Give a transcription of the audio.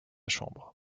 chambre